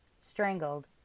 strangled